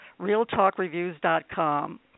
RealtalkReviews.com